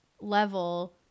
level